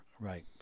Right